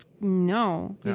no